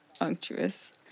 unctuous